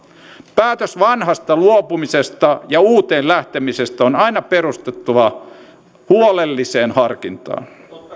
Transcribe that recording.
päätöksen vanhasta luopumisesta ja uuteen lähtemisestä on aina perustuttava huolelliseen harkintaan